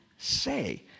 say